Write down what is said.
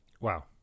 Wow